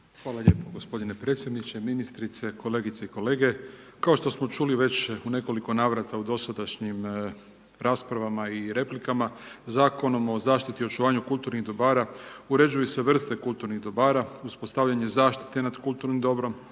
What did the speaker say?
Hvala lijepo, gospodine predsjedniče, ministrice, kolegice i kolege. Kao što smo čuli već u nekoliko navrata, u dosadašnjim raspravama i replikama, Zakonom o zaštiti i očuvanju kulturnih dobara, uređuju se vrste kulturnih dobara, uspostavljanje zaštite nad kulturnim dobrom,